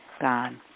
gone